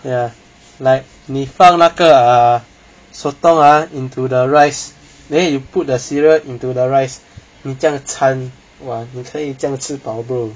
ya like 你放那个 sotong ah into the rice thrn you put the cereal into the rice 你这样惨 !wah! 你可以吃饱 bro